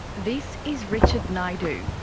this is richard naidu.